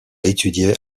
étudié